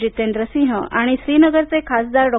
जितेंद्र सिंह आणि श्रीनगरचे खासदार डॉ